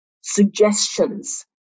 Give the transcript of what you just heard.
suggestions